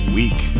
week